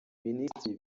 minisitiri